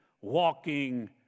walking